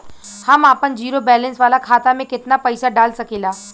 हम आपन zero balance वाला खाता मे केतना पईसा डाल सकेला?